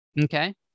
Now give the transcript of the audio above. Okay